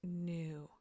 new